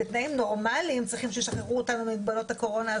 בתנאים נורמליים צריכים שישחררו אותנו ממגבלות הקורונה,